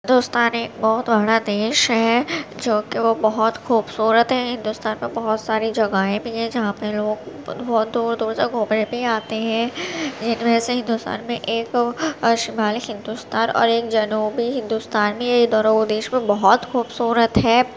ہندوستان ایک بہت بڑا دیش ہے جو کہ وہ بہت خوبصورت ہے ہندوستان میں بہت ساری جگہیں بھی ہیں جہاں پہ لوگ بہت دور دور سے گھومنے بھی آتے ہیں ان میں سے ہندوستان میں ایک شمالی ہندوستان اور ایک جنوبی ہندوستان میں یہ دونوں دیش میں بہت خوبصورت ہیں